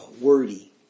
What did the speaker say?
wordy